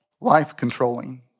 life-controlling